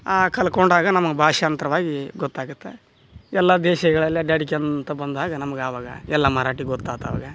ಕಲ್ತ್ಕೊಂಡಾಗ ನಮಗೆ ಭಾಷಾಂತರವಾಗಿ ಗೊತ್ತಾಗುತ್ತೆ ಎಲ್ಲ ದೇಶಗಳಲ್ಲಿ ಅಡ್ಡಾಡಿಕೊಂತ ಬಂದಾಗ ನಮ್ಗೆ ಅವಾಗ ಎಲ್ಲ ಮರಾಠಿ ಗೊತ್ತಾತು ಅವಾಗ